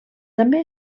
també